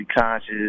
conscious